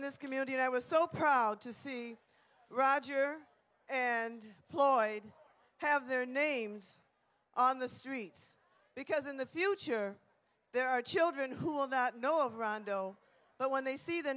in this community and i was so proud to see roger and floyd have their names on the streets because in the future there are children who will not know of rondo but when they see the